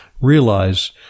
realize